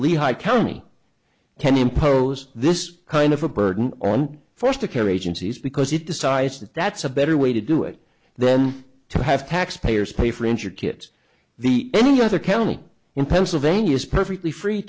lehigh county can impose this kind of a burden on first to carry agencies because it decides that that's a better way to do it then to have taxpayers pay for injured kids the any other county in pennsylvania is perfectly free